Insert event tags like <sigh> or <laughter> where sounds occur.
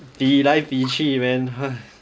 比来比去 man <breath>